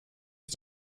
ist